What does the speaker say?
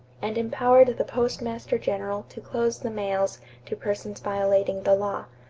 and empowered the postmaster general to close the mails to persons violating the law.